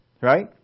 Right